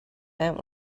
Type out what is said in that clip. out